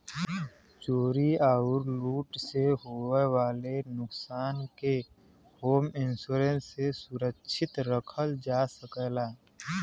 चोरी आउर लूट से होये वाले नुकसान के होम इंश्योरेंस से सुरक्षित रखल जा सकला